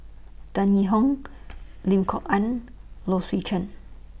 Tan Yee Hong Lim Kok Ann Low Swee Chen